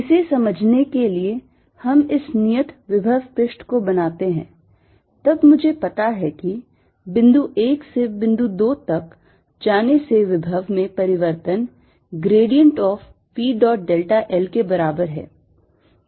इसे समझने के लिए हम इस नियत विभव पृष्ठ को बनाते हैं तब मुझे पता है कि बिंदु 1 से बिंदु 2 तक जाने से विभव में परिवर्तन grad of V dot delta l के बराबर है